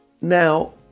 Now